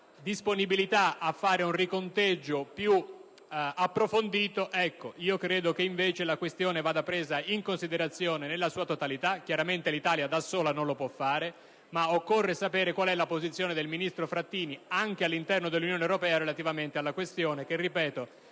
una disponibilità a fare un riconteggio più approfondito. Io credo che invece la questione vada presa in considerazione nella sua totalità. Chiaramente l'Italia da sola non lo può fare, ma occorre sapere qual è la posizione del ministro Frattini, anche all'interno dell'Unione europea, relativamente alla questione che - ripeto